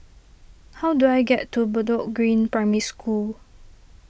how do I get to Bedok Green Primary School